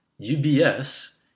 UBS